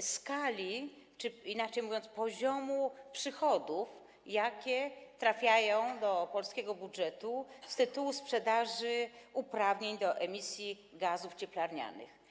skali czy, inaczej mówiąc, poziomu przychodów, jakie trafiają do polskiego budżetu z tytuły sprzedaży uprawnień do emisji gazów cieplarnianych.